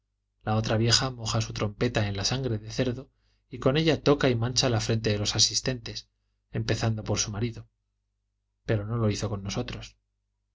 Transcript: la otra vieja moja su trompeta en la sangre del cerdo y con ella toca y mancha la frente de los asistentes empezando por su marido pero no lo hizo con nosotros